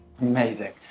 amazing